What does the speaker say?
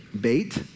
bait